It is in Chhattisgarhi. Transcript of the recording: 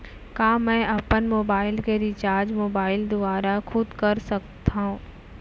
का मैं अपन मोबाइल के रिचार्ज मोबाइल दुवारा खुद कर सकत हव?